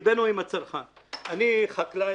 אני חקלאי.